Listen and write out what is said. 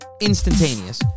instantaneous